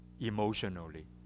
emotionally